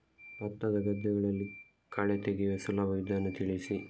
ಭತ್ತದ ಗದ್ದೆಗಳಲ್ಲಿ ಕಳೆ ತೆಗೆಯುವ ಸುಲಭ ವಿಧಾನ ತಿಳಿಸಿ?